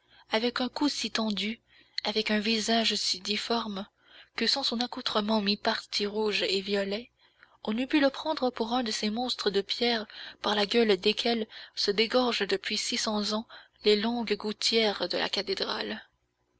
avec un cou si tendu avec un visage si difforme que sans son accoutrement mi-parti rouge et violet on eût pu le prendre pour un de ces monstres de pierre par la gueule desquels se dégorgent depuis six cents ans les longues gouttières de la cathédrale